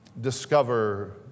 discover